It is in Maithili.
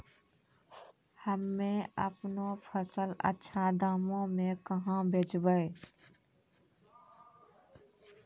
हम्मे आपनौ फसल अच्छा दामों मे कहाँ बेचबै?